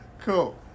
cool